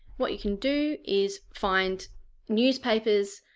what you can do is find newspapers,